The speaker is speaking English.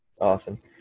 Awesome